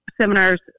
seminars